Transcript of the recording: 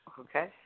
Okay